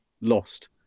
lost